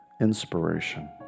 inspiration